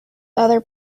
other